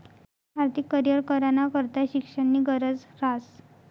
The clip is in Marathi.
आर्थिक करीयर कराना करता शिक्षणनी गरज ह्रास